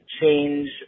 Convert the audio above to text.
change